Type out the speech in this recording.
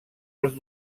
els